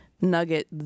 Nugget